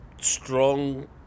strong